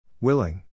Willing